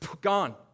gone